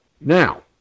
Now